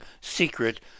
secret